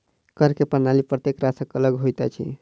कर के प्रणाली प्रत्येक राष्ट्रक अलग होइत अछि